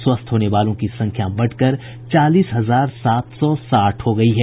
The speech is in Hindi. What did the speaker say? स्वस्थ होने वालों की संख्या बढ़कर चालीस हजार सात सौ साठ हो गयी है